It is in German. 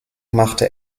machte